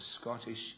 Scottish